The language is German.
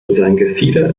gefieder